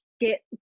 get